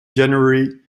january